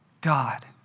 God